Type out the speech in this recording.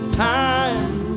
time